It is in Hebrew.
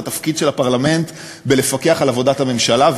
התפקיד של הפרלמנט בלפקח על עבודת הממשלה,